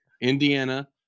Indiana